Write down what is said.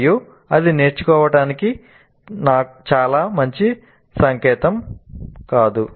మరియు అది నేర్చుకోవటానికి చాలా మంచి సంకేతం కాదు